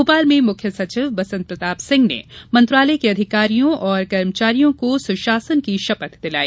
भोपाल में मुख्य सचिव बसंत प्रताप सिंह ने मंत्रालय के अधिकारियों और कर्मचारियों को सुशासन की शपथ दिलाई